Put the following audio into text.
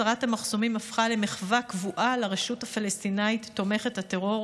הסרת המחסומים הפכה למחווה קבועה לרשות הפלסטינית תומכת הטרור,